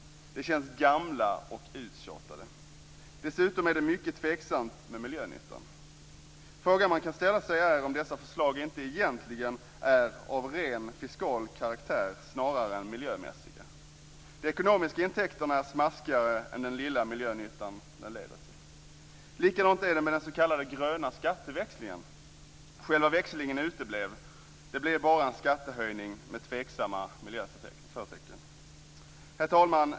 De känns gamla och uttjatade. Dessutom är det mycket tveksamt med miljönyttan. Frågan man kan ställa sig är om dessa förslag inte egentligen är av ren fiskal karaktär snarare än miljömässiga. De ekonomiska intäkterna är smaskigare än den lilla miljönytta de leder till. Likadant är det med den s.k. gröna skatteväxlingen. Själva växlingen uteblev. Det blev bara en skattehöjning med tveksamma miljöförtecken. Herr talman!